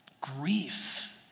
grief